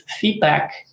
feedback